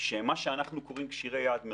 שהם מה שאנחנו קוראים כשירי יעד מרכזי.